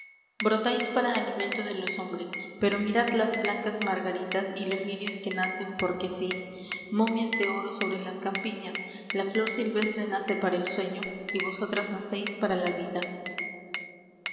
brotáis para alimento de los hombres pero mirad las blancas margaritas y los lirios que nacen porque sí momias de oro sobre las campiñas la flor silvestre nace para el sueño y vosotras nacéis para la vida